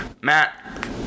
matt